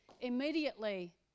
Immediately